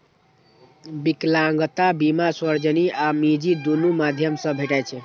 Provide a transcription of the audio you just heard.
विकलांगता बीमा सार्वजनिक आ निजी, दुनू माध्यम सं भेटै छै